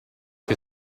che